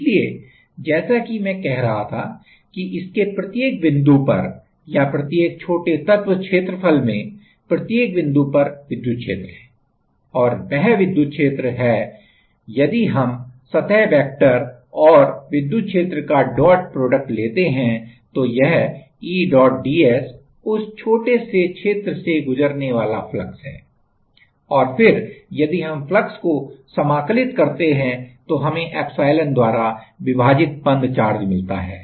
इसलिए जैसा कि मैं कह रहा था कि इसके प्रत्येक बिन्दु पर या प्रत्येक छोटे तत्व क्षेत्रफल में प्रत्येक बिंदु पर विद्युत क्षेत्र है और वह विद्युत क्षेत्र है यदि हम सतह वेक्टर और विद्युत क्षेत्र का डॉट प्रोडक्ट लेते हैं तो यह E डॉट ds उस छोटे से क्षेत्र से गुजरने वाला फ्लक्स है और फिर यदि हम फ्लक्स को समाकलित करते हैं तो हमें एप्सिलॉन द्वारा विभाजित बन्द चार्ज मिलता है